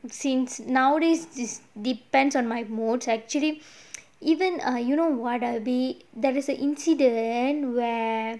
since nowadays this depends on my mood actually even err you know what erby there is a incident where